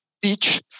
teach